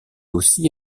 aussi